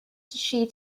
she